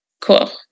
Cool